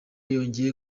yongeye